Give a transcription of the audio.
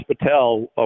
Patel